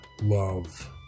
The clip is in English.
love